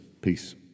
Peace